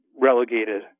relegated